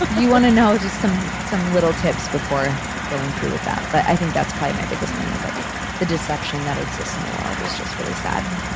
but you want to know just some some little tips before going through with that. but i think that's probably my biggest thing, like the deception that exists in the world. it's just really sad.